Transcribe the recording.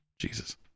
Jesus